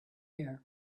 air